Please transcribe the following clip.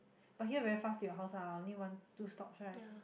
but here very fast to your house ah only one two stops right